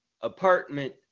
apartment